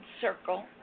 circle